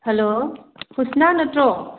hello ꯍꯨꯁꯅꯥ ꯅꯠꯇ꯭ꯔꯣ